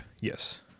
Yes